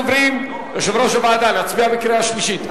יושב-ראש הוועדה, להצביע בקריאה שלישית?